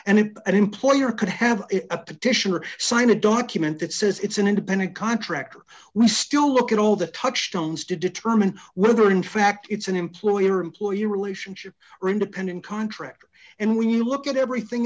if an employer could have a petition or sign a document that says it's an independent contractor we still look at all the touchdowns to determine whether in fact it's an employer employee relationship or independent contractor and when you look at everything